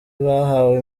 bahawe